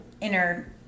inner